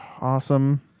awesome